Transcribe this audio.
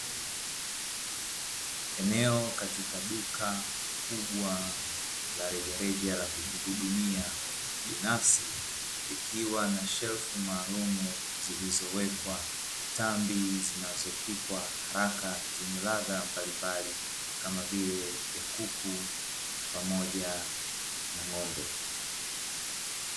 Eneo katika duka kubwa la rejareja la kujihudumia binafsi likiwa na shelfu maalumu, zilizowekwa tambi zinazopikwa haraka zenye ladha mbalimbali kama vile ya kuku pamoja na ng'ombe.